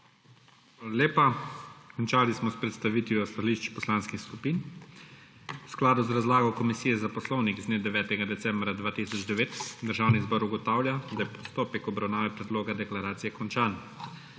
lepa. Končali smo s predstavitvijo stališč poslanskih skupin. V skladu z razlago Komisije za poslovnik z dne 9. decembra 2009 Državni zbor ugotavlja, da je postopek obravnave predloga deklaracije končan.